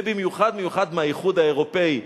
ובמיוחד במיוחד מהאיחוד האירופי,